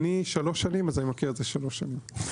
אני שלוש שנים, אז אני מכיר את זה שלוש שנים.